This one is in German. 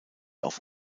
auf